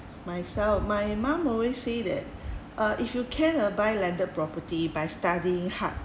myself my mum always say that uh if you can uh buy landed property by studying hard